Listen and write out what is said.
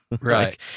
Right